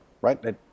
right